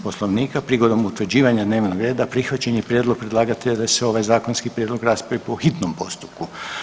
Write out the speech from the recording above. Poslovnika prigodom utvrđivanja dnevnog reda prihvaćen je prijedlog predlagatelja da se ovaj zakonski prijedlog raspravi po hitnom postupku.